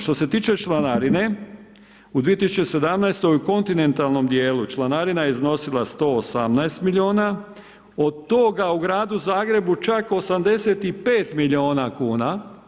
Što se tiče članarine u 2017. u kontinentalnom dijelu članarina je iznosila 118 milijuna, od toga u gradu Zagrebu čak 85 milijuna kuna.